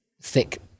thick